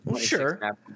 sure